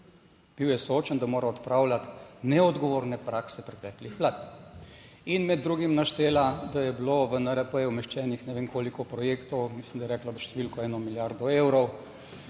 Bil je soočen, da mora odpravljati neodgovorne prakse preteklih vlad, in med drugim naštela, da je bilo v NRP umeščenih, ne vem koliko projektov, mislim da je rekla številko eno milijardo evrov